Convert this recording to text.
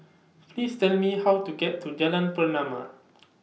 Please Tell Me How to get to Jalan Pernama